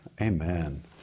Amen